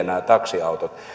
nämä taksiautot ovat